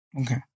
Okay